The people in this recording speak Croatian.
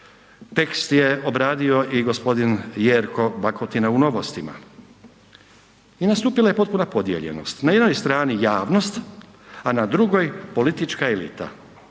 tekst je obradio i gospodin Jerko Bakotina u „Novostima“ i nastupila je potpuna podijeljenost, na jednoj strani javnost, a na drugoj politička elita